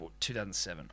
2007